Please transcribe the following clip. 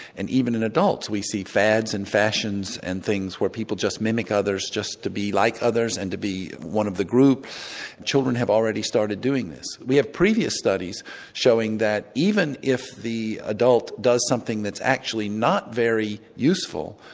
and even in adults we see fads and fashions and things where people just mimic others just to be like others and be one of the group children have already started doing this. we have previous studies showing that even if the adult does something that's actually not very useful,